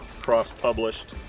cross-published